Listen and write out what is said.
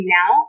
now